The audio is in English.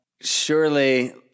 Surely